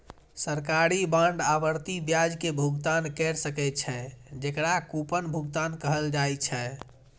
सरकारी बांड आवर्ती ब्याज के भुगतान कैर सकै छै, जेकरा कूपन भुगतान कहल जाइ छै